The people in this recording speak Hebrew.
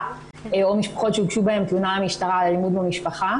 או משפחות שהוגשה עליהן תלונה למשטרה על אלימות במשפחה?